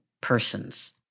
Persons